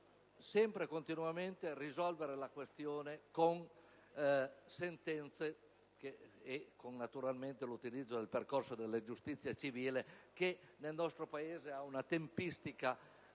sempre continuamente risolvere la questione con sentenze e con l'utilizzo del percorso della giustizia civile, che nel nostro Paese ha una tempistica